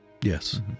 Yes